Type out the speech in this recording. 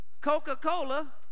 coca-cola